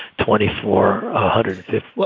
twenty four hundred well,